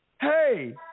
hey